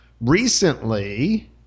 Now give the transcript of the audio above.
recently